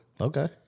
Okay